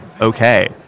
Okay